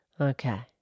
Okay